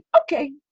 okay